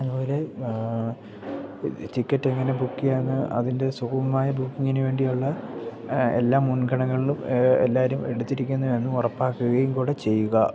അതുപോലെ ഇത് ടിക്കറ്റ് എങ്ങനെ ബുക്ക് ചെയ്യാമെന്ന് അതിൻ്റെ സുഗമമായ ബുക്കിങ്ങിന് വേണ്ടിയുള്ള എല്ലാ മുൻഗണനകളിലും എല്ലാവരും എടുത്തിരിക്കുന്നു എന്നു ഉറപ്പാക്കുകയും കൂടെ ചെയ്യുക